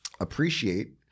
appreciate